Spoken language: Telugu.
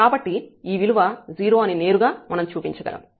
కాబట్టి ఈ విలువ 0 అని నేరుగా మనం చూపించగలము